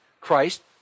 Christ